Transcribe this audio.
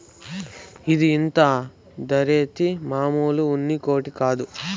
ఇది ఇంత ధరేంది, మామూలు ఉన్ని కోటే కదా